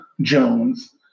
Jones